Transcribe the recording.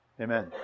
Amen